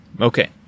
Okay